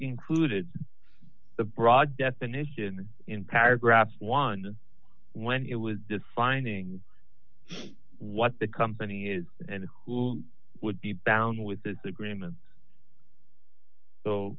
included the broad definition in paragraph one when it was defining what the company is and who would be bound with this agreement so